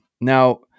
Now